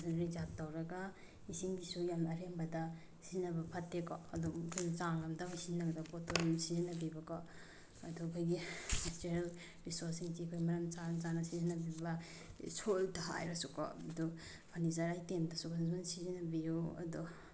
ꯐꯖꯅ ꯔꯤꯖꯥꯞ ꯇꯧꯔꯒ ꯏꯁꯤꯡꯁꯤꯁꯨ ꯌꯥꯝ ꯑꯔꯦꯝꯕꯗ ꯁꯤꯖꯤꯟꯅꯕ ꯐꯠꯇꯦꯀꯣ ꯑꯗꯨꯝ ꯑꯩꯈꯣꯏꯅ ꯆꯥꯡ ꯑꯃꯗ ꯑꯩꯈꯣꯏ ꯁꯤꯖꯤꯟꯅꯒꯗꯧ ꯄꯣꯠꯇꯣ ꯑꯗꯨꯝ ꯁꯤꯖꯤꯟꯅꯕꯤꯕꯀꯣ ꯑꯗꯣ ꯑꯩꯈꯣꯏꯒꯤ ꯅꯦꯆꯔꯦꯜ ꯔꯤꯁꯣꯔꯁꯁꯤꯡꯁꯤ ꯑꯩꯈꯣꯏ ꯃꯔꯝ ꯆꯥꯅ ꯆꯥꯅ ꯁꯤꯖꯤꯟꯅꯕꯤꯕ ꯁꯣꯏꯜꯗ ꯍꯥꯏꯔꯁꯨꯀꯣ ꯑꯗꯨ ꯐꯅꯤꯆꯔ ꯑꯥꯏꯇꯦꯝꯗꯁꯨ ꯐꯖ ꯐꯖꯅ ꯁꯤꯖꯤꯟꯅꯕꯤꯌꯨ ꯑꯗꯣ